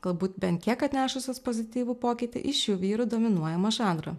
galbūt bent kiek atnešusios pozityvų pokytį į šių vyrų dominuojamą žanrą